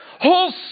Whole